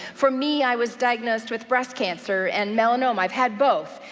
for me, i was diagnosed with breast cancer and melanoma. i've had both,